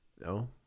No